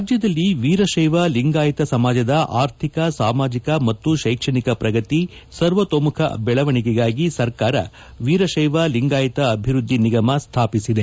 ರಾಜ್ಯದಲ್ಲಿ ವೀರತೈವ ಲಿಂಗಾಯಿತ ಸಮಾಜದ ಆರ್ಥಿಕ ಸಾಮಾಜಕ ಮತ್ತು ಶೈಕ್ಷಣಿಕ ಪ್ರಗತಿ ಸರ್ವತೋಮುಖ ಬೆಳವಣಿಗೆಗಾಗಿ ಸರ್ಕಾರ ವೀರಶೈವ ಲಿಂಗಾಯಿತ ಅಭಿವೃದ್ಧಿ ನಿಗಮ ಸ್ಥಾಪಿಸಿದೆ